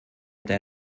der